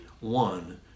one